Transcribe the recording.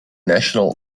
national